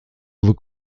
vos